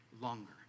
longer